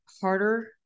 harder